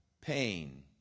pain